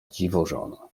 dziwożona